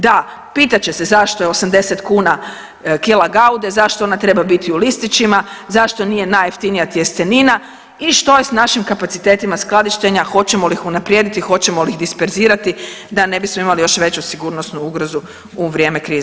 Da, pitat će se zašto je 80 kuna kila Goude, zašto ona treba biti listićima, zašto nije najjeftinija tjestenina i što je s našim kapacitetima skladištenja, hoćemo li ih unaprijediti, hoćemo li ih disperzirati da ne bismo imali još veću sigurnosnu ugrozu u vrijeme krize.